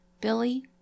Billy